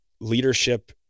leadership